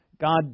God